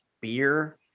beer